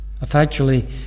Effectually